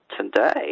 today